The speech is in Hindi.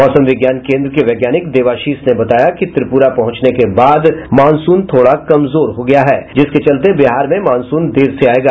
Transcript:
मौसम विज्ञान केन्द्र के वैज्ञानिक देवाशीष ने बताया कि त्रिपुरा पहुंचने के बाद मॉनसून थोड़ा कमजोर हो गया है जिसके चलते बिहार में मॉनसून देर से आयेगा